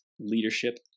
leadership